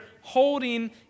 holding